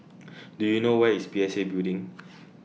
Do YOU know Where IS P S A Building